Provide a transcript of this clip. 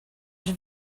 have